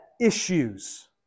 issues